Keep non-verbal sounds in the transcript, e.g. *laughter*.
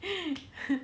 *laughs*